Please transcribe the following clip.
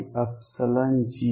E